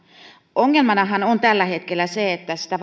ongelmahan on tällä hetkellä se että sitä